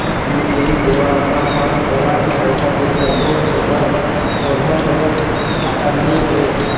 UPI सेवा म हमन ओला भी पैसा दे सकबो जेकर कोन्हो बैंक खाता नई ऐप?